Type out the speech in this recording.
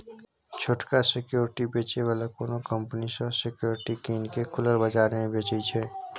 छोटका सिक्युरिटी बेचै बला कोनो कंपनी सँ सिक्युरिटी कीन केँ खुलल बजार मे बेचय छै